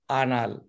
anal